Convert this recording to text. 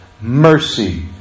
mercy